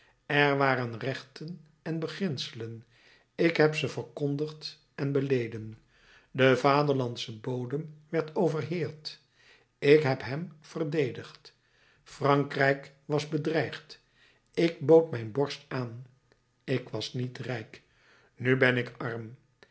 er waren rechten en beginselen ik heb ze verkondigd en beleden de vaderlandsche bodem werd overheerd ik heb hem verdedigd frankrijk was bedreigd ik bood mijn borst aan ik was niet rijk nu ben ik arm